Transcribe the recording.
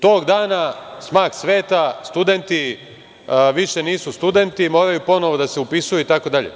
Tog dana smak sveta, studenti više nisu studenti, moraju ponovo da se upisuju, itd.